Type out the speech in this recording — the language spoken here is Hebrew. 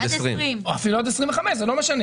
עד 20. אפילו עד 25. זה לא משנה.